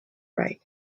right